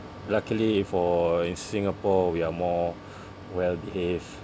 luckily for in Singapore we are more well behaved